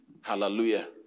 Hallelujah